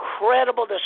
incredible